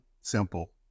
simple